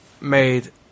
made